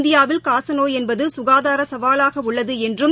இந்தியாவில் காசநோய் என்பது கனதார சவாவாக உள்ளது என்றம்